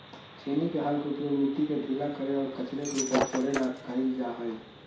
छेनी के हल के उपयोग मिट्टी के ढीला करे और कचरे के ऊपर छोड़े ला कइल जा हई